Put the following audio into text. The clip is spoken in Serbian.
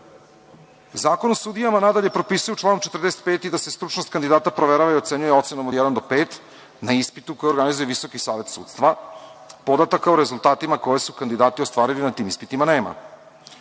o sudijama nadalje propisuje u članu 45. i da se stručnost kandidata proverava i ocenjuje ocenama od jedan do pet na ispitu koji organizuje Visoki savet sudstva. Podataka o rezultatima koje su kandidati ostvarili na tim ispitima nema. Na